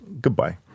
goodbye